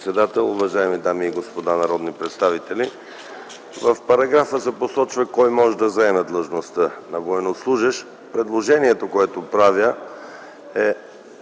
В параграфа се посочва кой може да заеме длъжността на военнослужещ. Предложението, което правя, е